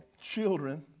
children